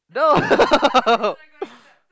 no